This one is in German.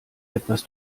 etwas